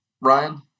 Ryan